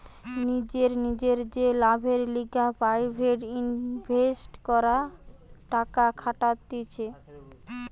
নিজের নিজের যে লাভের লিগে প্রাইভেট ইনভেস্টররা টাকা খাটাতিছে